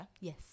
Yes